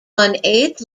eight